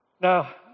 Now